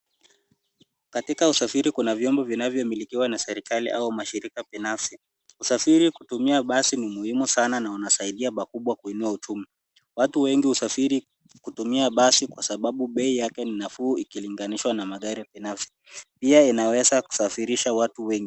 Katika usafiri kuna vyombo vinavyo milikiwa na serikali au mashirika binafsi . Usafiri kutumia basi ni muhimu sana na unasaidia pakubwa kuinua uchumi. Watu wengi husafiri kutumia basi kwasababu bei yake ni nafuu ikilinganishwa na magari ya kibinafsi pia linaweza kusafirisha watu wengi.